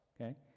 okay